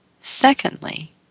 secondly